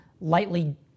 lightly